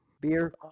Beer